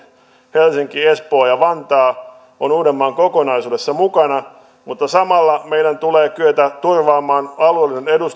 helsinki espoo ja vantaa ovat uudenmaan kokonaisuudessa mukana mutta samalla meidän tulee kyetä turvaamaan alueellinen